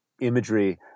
imagery